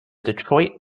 detroit